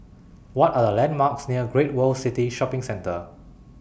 What Are The landmarks near Great World City Shopping Centre